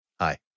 Hi